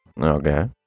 Okay